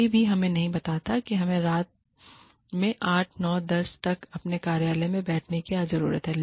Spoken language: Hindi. कोई भी हमें नहीं बताता है कि हमें रात में 8 9 10 तक अपने कार्यालयों में बैठने की जरूरत है